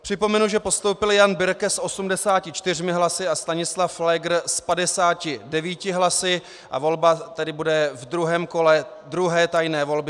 Připomenu, že postoupil Jan Birke s 84 hlasy a Stanislav Pfléger s 59 hlasy, a volba tedy bude ve druhém kole druhé tajné volby.